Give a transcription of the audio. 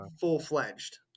full-fledged